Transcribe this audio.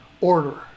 order